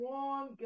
one